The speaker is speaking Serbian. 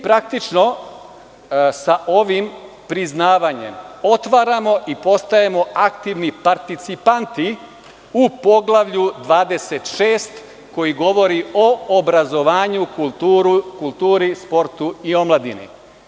Praktično, mi sa ovim priznavanjem otvaramo i postajemo aktivni participanti u Poglavlju 26, koji govori o obrazovanju, kulturi, sportu i omladini.